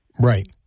Right